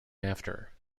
after